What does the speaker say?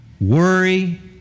worry